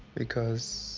because?